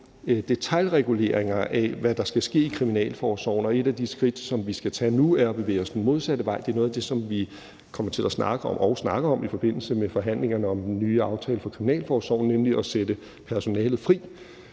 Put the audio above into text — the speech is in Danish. mange detailreguleringer af, hvad der skal ske i kriminalforsorgen, og et af de skridt, som vi skal tage nu, er at bevæges os den modsatte vej. Det er noget af det, som vi kommer til at snakke om i forbindelse med forhandlingerne om den nye aftale for kriminalforsorgen, nemlig at sætte personalet fri,